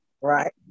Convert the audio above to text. right